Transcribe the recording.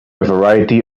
variety